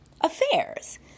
Affairs